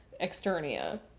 Externia